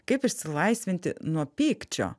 kaip išsilaisvinti nuo pykčio